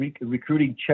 recruiting